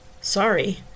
Sorry